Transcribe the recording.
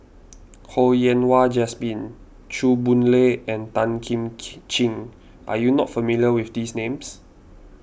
Ho Yen Wah Jesmine Chew Boon Lay and Tan Kim Ching are you not familiar with these names